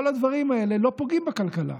כל הדברים האלה לא פוגעים בכלכלה,